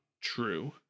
true